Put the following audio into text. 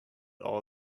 all